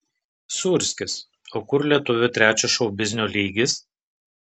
sūrskis o kur lietuvių trečias šou biznio lygis